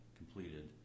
completed